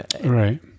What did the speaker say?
Right